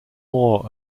more